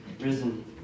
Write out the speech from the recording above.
risen